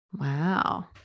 Wow